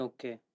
Okay